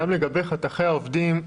גם לגבי חתכי העובדים,